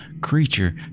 creature